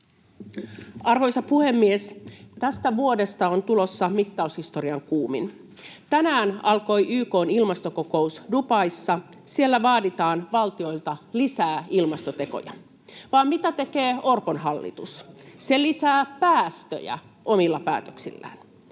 Arvoisa puhemies! Tästä vuodesta on tulossa mittaushistorian kuumin. Tänään alkoi YK:n ilmastokokous Dubaissa, siellä vaaditaan valtioilta lisää ilmastotekoja. [Petri Huru: Lisää kustannuksia!] Vaan mitä tekee Orpon hallitus: se lisää päästöjä omilla päätöksillään.